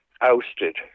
ousted